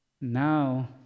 Now